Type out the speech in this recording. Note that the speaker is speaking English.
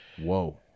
Whoa